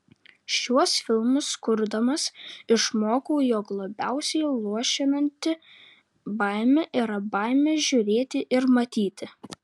šiuos filmus kurdamas išmokau jog labiausiai luošinanti baimė yra baimė žiūrėti ir matyti